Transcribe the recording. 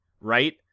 right